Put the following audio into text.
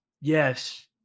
Yes